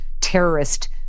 terrorist